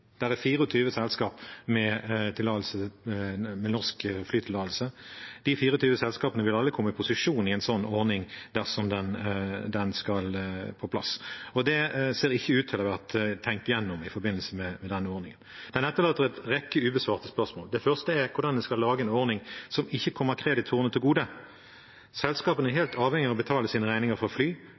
er 24 selskaper med norsk flytillatelse. De 24 selskapene vil alle komme i posisjon i en slik ordning dersom den skal på plass. Det ser ikke ut til at det er blitt tenkt igjennom i forbindelse med denne ordningen. Den etterlater en rekke ubesvarte spørsmål. Det første er: Hvordan skal en lage en ordning som ikke kommer kreditorene til gode? Selskapene er helt avhengige av å betale sine regninger for å fly.